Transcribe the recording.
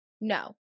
No